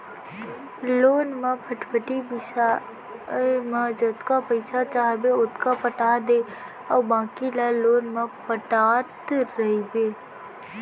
loan म फटफटी बिसाए म जतका पइसा चाहबे ओतका पटा दे अउ बाकी ल लोन म पटात रइबे